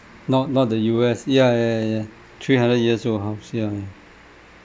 not not the U_S ya ya ya three hundred years old house ya ya